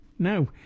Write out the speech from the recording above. Now